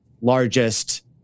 largest